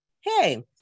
Hey